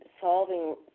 solving